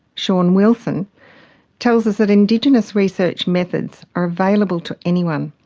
shawn wilson tells us that indigenous research methods are available to anyone,